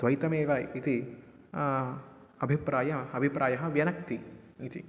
द्वैतमेव इति अभिप्रायः अभिप्रायः व्यनक्ति इति